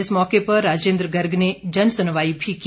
इस मौके पर राजेंद्र गर्ग ने जनसुनवाई भी की